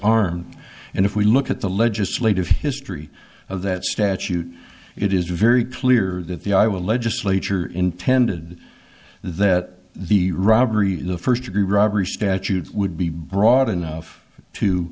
armed and if we look at the legislative history of that statute it is very clear that the i will legislature intended that the robbery first degree robbery statute would be broad enough to